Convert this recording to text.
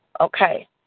okay